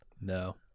No